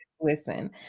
listen